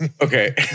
okay